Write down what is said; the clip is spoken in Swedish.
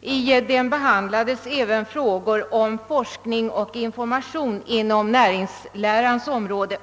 I densamma behandlades även frågor och information inom näringslärans område.